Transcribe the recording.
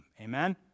Amen